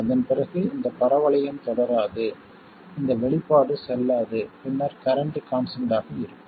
அதன் பிறகு இந்த பரவளையம் தொடராது இந்த வெளிப்பாடு செல்லாது பின்னர் கரண்ட் கான்ஸ்டன்ட் ஆக இருக்கும்